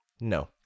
no